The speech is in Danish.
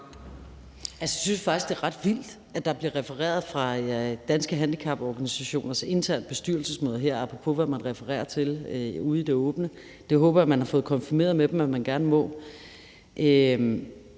Jeg synes faktisk, det er ret vildt, at der bliver refereret fra Danske Handicaporganisationers interne bestyrelsesmøde her, apropos hvad man refererer til ude i det åbne. Det håber jeg at man har fået konfirmeret med dem at man gerne må.